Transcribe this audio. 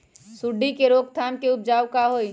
सूंडी के रोक थाम के उपाय का होई?